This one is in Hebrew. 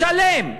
לשלם,